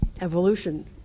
evolution